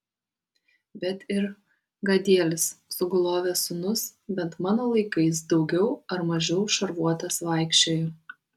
bet ir gadielis sugulovės sūnus bent mano laikais daugiau ar mažiau šarvuotas vaikščiojo